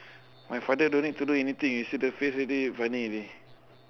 my father don't need to do anything you see the face funny already